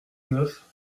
neuf